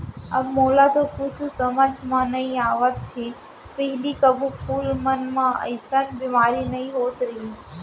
अब मोला तो कुछु समझ म नइ आवत हे, पहिली कभू फूल मन म अइसन बेमारी नइ होत रहिस